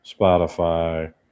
Spotify